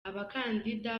abakandida